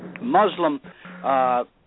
Muslim